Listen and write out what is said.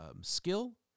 skill